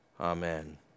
Amen